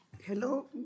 Hello